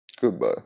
Goodbye